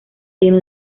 tiene